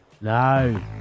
No